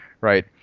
right